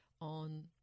on